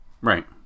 Right